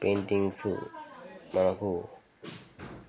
paintings మనకు